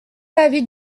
l’avis